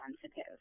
sensitive